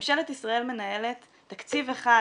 ממשלת ישראל מנהלת תקציב אחד